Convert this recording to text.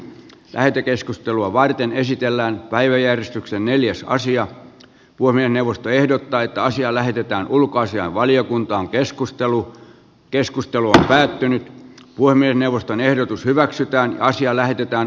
lähetekeskustelua varten esitellään päiväjärjestyksen neljäs karsia nuoren puhemiesneuvosto ehdottaa että asia lähetetään ulkoasiainvaliokuntaan keskustelu keskustelua päättynyt puhemiesneuvoston ehdotus hyväksytään asia sivistysvaliokuntaan